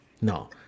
no